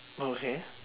okay